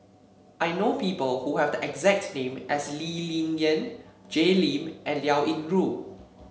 I know people who have the exact name as Lee Ling Yen Jay Lim and Liao Yingru